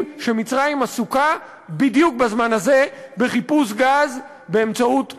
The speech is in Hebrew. שמצרים עסוקה בדיוק בזמן הזה בחיפוש גז באמצעות חברה.